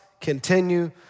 continue